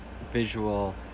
visual